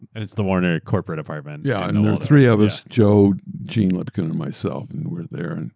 and it's the warner corporate apartment. yeah. and and all three of us joe, gene lipkin, and myself, and we're there. and